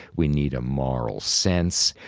we need a moral sense.